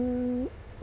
mm